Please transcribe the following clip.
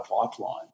pipeline